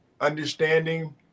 understanding